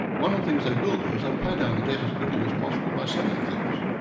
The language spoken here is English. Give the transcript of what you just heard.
one of the things they will do is they'll pay down the debt as quickly as possible by selling things.